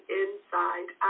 inside